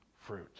fruit